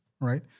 right